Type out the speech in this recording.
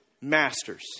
masters